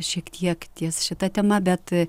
šiek tiek ties šita tema bet